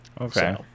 Okay